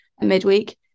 midweek